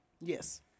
Yes